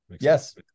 yes